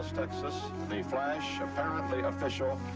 texas the flash, apparently official.